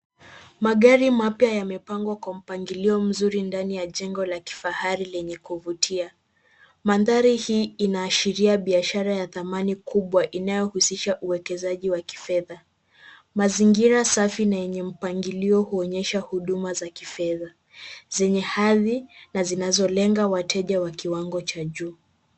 Magari mapya yamepangwa kwa mpangilio mzuri ndani ya jengo la kifahari lenye kuvutia. Mandhari hii inaashiria biashara ya dhamani kubwa inayohusisha uwekezaji wa kifedha. Mazingira safi na yenye mpangilio huonyesha huduma za kifedha zenye hadhi na zinazolenga wateja wa kiwango cha juu.